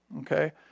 okay